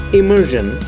immersion